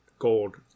gold